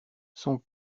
son